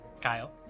Kyle